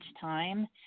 time